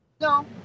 no